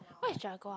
what is jaguar